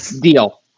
Deal